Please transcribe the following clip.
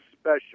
special